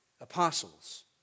Apostles